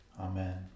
Amen